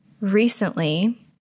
Recently